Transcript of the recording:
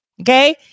Okay